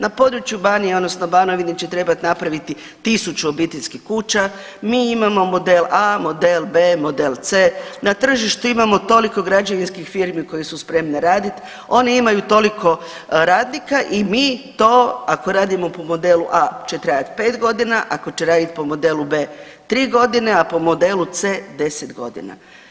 Na području Banije odnosno Banovine će trebati napraviti 1000 obiteljskih kuća, mi imamo model A, model B, model C, na tržištu imamo toliko građevinskih firmi koje su spremne raditi, one imaju toliko radnika i mi to, ako radimo po modelu A će trajati 5 godina, ako će raditi po modelu B 3 godine, a po modelu C 10 godina.